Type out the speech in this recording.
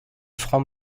franc